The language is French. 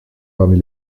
parmi